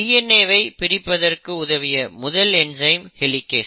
DNA வை பிரிப்பதற்கு உதவிய முதல் என்சைம் ஹெலிகேஸ்